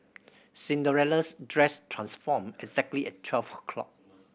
Cinderella's dress transformed exactly at twelve o'clock